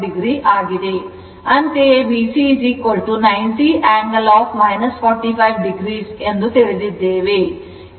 ಅಂತೆಯೇ VC 90 angle 45 o ಎಂದು ತಿಳಿದಿದ್ದೇವೆ